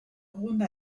rhône